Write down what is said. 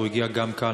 והוא הגיע גם לכאן,